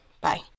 Bye